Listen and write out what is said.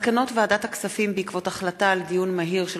מסקנות ועדת הכספים בעקבות דיונים מהירים